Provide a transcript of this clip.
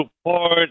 support